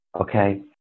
Okay